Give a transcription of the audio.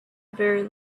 very